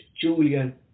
Julian